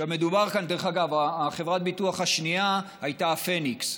דרך אגב, חברת הביטוח השנייה הייתה הפניקס,